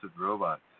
robots